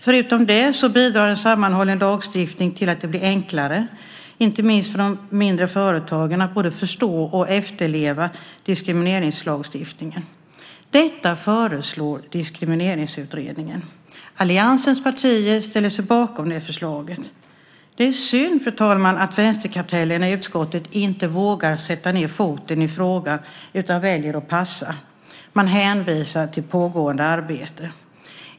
Förutom det bidrar en sammanhållen lagstiftning till att det blir enklare, inte minst för de mindre företagen, att både förstå och efterleva diskrimineringslagstiftningen. Detta föreslår Diskrimineringsutredningen. Alliansens partier ställer sig bakom det förslaget. Det är synd, fru talman, att vänsterkartellen i utskottet inte vågar sätta ned foten i frågan utan väljer att passa. Man hänvisar till pågående arbete.